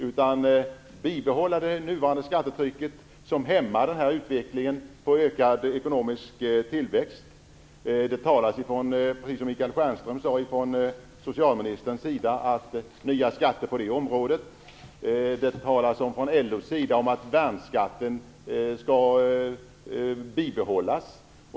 Han vill bibehålla det nuvarande skattetrycket, som hämmar utvecklingen mot ökad ekonomisk tillväxt. Som Michael Stjernström sade talar socialministern om nya skatter på det området. Från LO:s sida talar man om att värnskatten skall bibehållas.